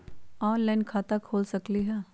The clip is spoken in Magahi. ऑनलाइन खाता खोल सकलीह?